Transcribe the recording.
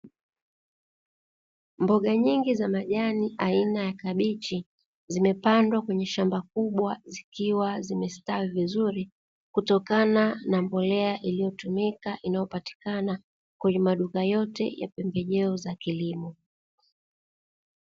Mboga nyingi za majani aina ya kabichi, zimepandwa kwenye shamba kubwa zikiwa zimestawi vizuri, kutokana na mbolea iliyotumika inayopatikana kwenye maduka yote ya pembejeo za kilimo.